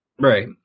right